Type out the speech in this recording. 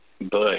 Bush